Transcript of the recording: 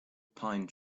pine